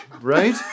right